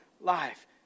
life